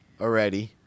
already